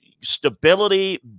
stability